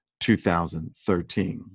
2013